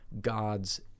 God's